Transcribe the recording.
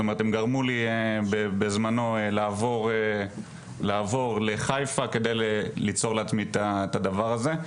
זאת אומרת הם גרמו לי בזמנו לעבור לחיפה כדי ליצור לעצמי את הדבר הזה,